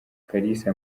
kalisa